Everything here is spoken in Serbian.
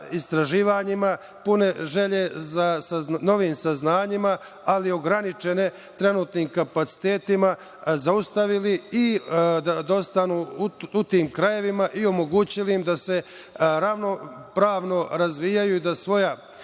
istraživanjima, pune želje za novim saznanjima, ali ograničene trenutnim kapacitetima, zaustavili, da ostanu u tim krajevima i omogućili im da se ravnopravno razvijaju, da svoja